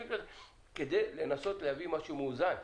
כדי לנסות להביא משהו מאוזן.